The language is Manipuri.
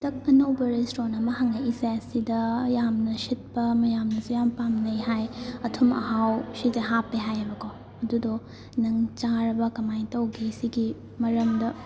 ꯍꯟꯇꯛ ꯑꯅꯧꯕ ꯔꯦꯁꯇꯨꯔꯦꯟ ꯑꯃ ꯍꯥꯡꯉꯛꯏꯁꯦ ꯁꯤꯗ ꯌꯥꯝꯅ ꯁꯤꯠꯄ ꯃꯌꯥꯝꯅꯁꯨ ꯌꯥꯝ ꯄꯥꯝꯅꯩ ꯍꯥꯏ ꯑꯊꯨꯝ ꯑꯍꯥꯎ ꯁꯤꯁꯦ ꯍꯥꯞꯄꯦ ꯍꯥꯏꯌꯦꯕꯀꯣ ꯑꯗꯨꯗꯣ ꯅꯪ ꯆꯥꯔꯕ ꯀꯃꯥꯏ ꯇꯧꯒꯦ ꯁꯤꯒꯤ ꯃꯔꯝꯗ